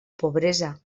pobresa